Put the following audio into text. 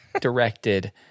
directed